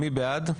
מי בעד?